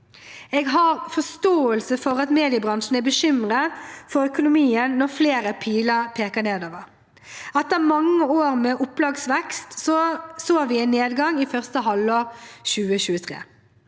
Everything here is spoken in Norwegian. Jeg har forståelse for at mediebransjen er bekymret for økonomien når flere piler peker nedover. Etter mange år med opplagsvekst så vi en nedgang i første halvår 2023.